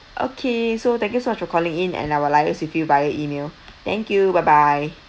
okay so thank you so much for calling in and I will liaise with you via email thank you bye bye